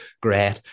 Great